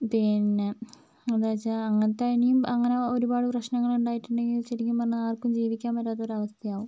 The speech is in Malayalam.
പിന്നെ എന്താന്ന് വെച്ചാൽ അങ്ങനത്തെ ഇനിയും അങ്ങനെ ഒരുപാട് പ്രശ്നങ്ങൾ ഉണ്ടായിട്ടുണ്ടെങ്കിൽ ശരിക്കും പറഞ്ഞാൽ ആർക്കും ജീവിക്കാൻ പറ്റാത്തൊരു അവസ്ഥയാവും